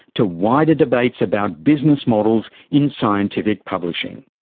to wider debates about business models in scientific publishing.